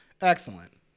Excellent